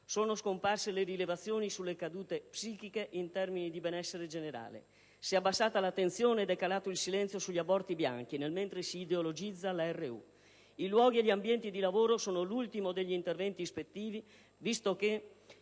Sono scomparse le rilevazioni sulle ricadute psichiche in termini di benessere generale. Si è abbassata l'attenzione ed è calato il silenzio sugli aborti bianchi nel mentre si ideologizza la RU-486. I luoghi e gli ambienti di lavoro sono l'ultimo degli interventi ispettivi, visto che